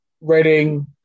Reading